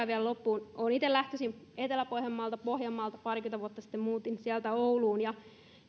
vielä loppuun olen itse lähtöisin etelä pohjanmaalta pohjanmaalta ja parikymmentä vuotta sitten muutin sieltä ouluun